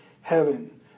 heaven